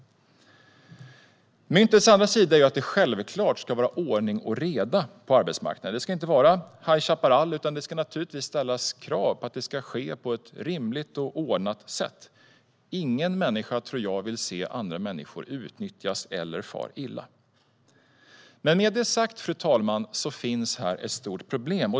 Myntets andra sida är att det självklart ska vara ordning och reda på arbetsmarknaden. Det ska inte vara High Chaparall, utan det ska naturligtvis ställas krav på att det ska ske på ett rimligt och ordnat sätt. Ingen människa tror jag vill se andra människor utnyttjas eller fara illa. Med det sagt, fru talman, finns här ett stort problem.